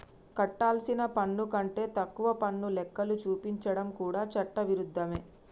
కట్టాల్సిన పన్ను కంటే తక్కువ పన్ను లెక్కలు చూపించడం కూడా చట్ట విరుద్ధమే